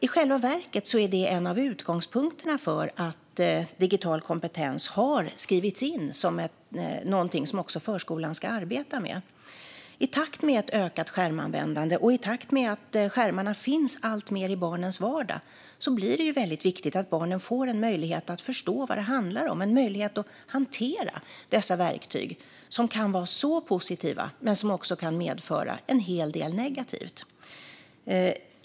I själva verket är det en av utgångspunkterna för att digital kompetens har skrivits in som något som förskolan ska arbeta med. I takt med ett ökat skärmanvändande och i takt med att skärmarna finns alltmer i barns vardag blir det viktigt att barn får en möjlighet att förstå vad det handlar om och en möjlighet att hantera dessa verktyg, som kan vara så positiva men som också kan medföra en hel del negativt.